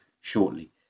shortly